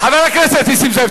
חבר הכנסת נסים זאב,